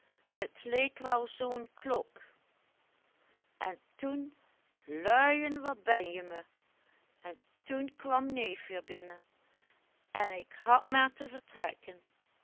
het leek wel zoo'n klok en toen luien wat ben je me en toen kwam neef weer binnen en ik had maar te vertrekken